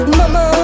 mama